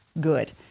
good